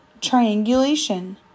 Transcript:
Triangulation